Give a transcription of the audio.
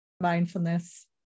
Mindfulness